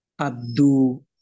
Abdu